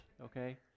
okay